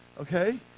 okay